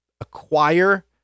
acquire